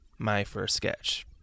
MyFirstSketch